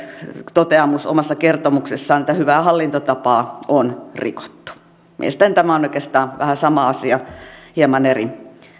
toteamus omassa kertomuksessaan että hyvää hallintotapaa on rikottu mielestäni tämä on oikeastaan vähän sama asia hieman eri